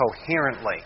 coherently